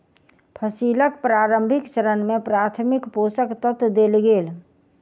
फसीलक प्रारंभिक चरण में प्राथमिक पोषक तत्व देल गेल